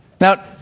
Now